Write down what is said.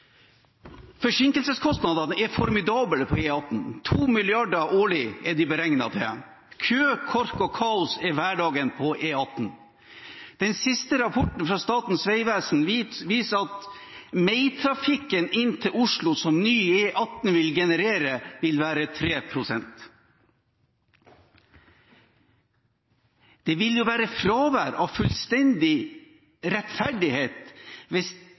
Forsinkelseskostnadene er formidable på E18. 2 mrd. kr årlig er de beregnet til. Kø, kork og kaos er hverdagen på E18. Den siste rapporten fra Statens vegvesen viser at mertrafikken inn til Oslo, som ny E18 vil genere, vil være 3 pst. Det vil jo være fullstendig fravær av rettferdighet hvis